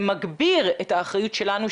זה מגביר את האחריות שלנו,